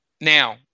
Now